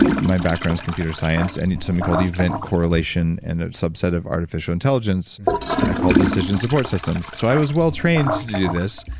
background's computer science, and it's something called event correlation, and a subset of artificial intelligence i call decision-support systems. so i was well trained to do this,